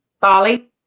Bali